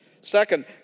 Second